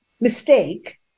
mistake